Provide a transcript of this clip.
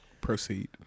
Proceed